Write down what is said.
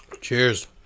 Cheers